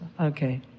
Okay